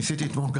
ניסיתי אתמול,